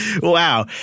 wow